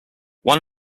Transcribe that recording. one